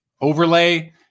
overlay